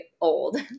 old